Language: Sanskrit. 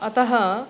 अतः